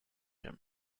him